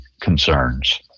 concerns